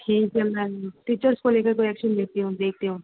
ठीक है मैं टीचर्स को लेकर कोई एक्शन लेती हूँ देखती हूँ